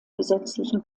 gesetzlichen